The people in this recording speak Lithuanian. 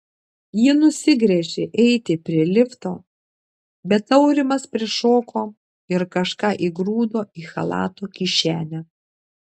ji nusigręžė eiti prie lifto bet aurimas prišoko ir kažką įgrūdo į chalato kišenę